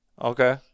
Okay